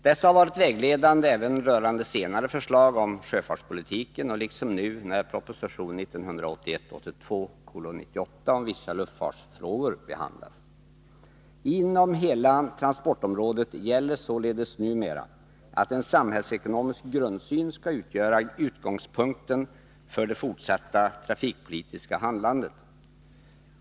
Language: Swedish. Dessa har varit vägledande även för senare förslag rörande sjöfartspolitiken liksom nu när proposition 1981/82:98 om vissa luftfartsfrågor behandlas. Inom hela transportområdet gäller således numera att en samhällsekonomisk grundsyn skall utgöra utgångspunkten för det fortsatta trafikpolitiska handlandet.